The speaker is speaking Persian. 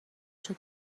شده